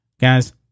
Guys